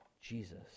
Jesus